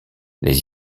les